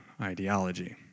ideology